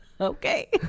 Okay